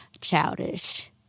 Childish